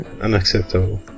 unacceptable